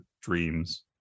Dreams